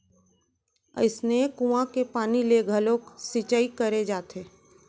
अइसने कुँआ के पानी ले घलोक सिंचई करे जाथे